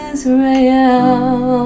Israel